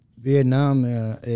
Vietnam